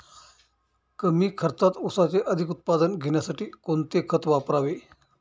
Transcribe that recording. कमी खर्चात ऊसाचे अधिक उत्पादन घेण्यासाठी कोणते खत वापरावे?